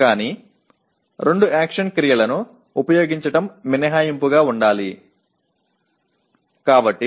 ஆனால் இரண்டு செயல் வினைச்சொற்களைப் பயன்படுத்துவது விதிவிலக்காக இருக்க வேண்டும்